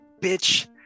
bitch